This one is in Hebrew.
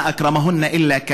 מי שמכבד אותן הוא המכובד,